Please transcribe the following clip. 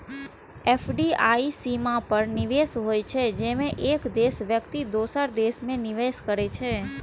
FDI सीमा पार निवेश होइ छै, जेमे एक देशक व्यक्ति दोसर देश मे निवेश करै छै